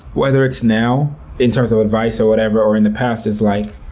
whether it's now in terms of advice or whatever, or in the past, it's like,